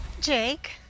Jake